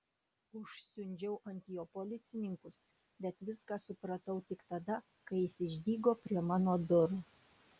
užsiundžiau ant jo policininkus bet viską supratau tik tada kai jis išdygo prie mano durų